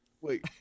Wait